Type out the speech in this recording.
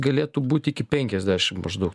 galėtų būti iki penkiasdešim maždaug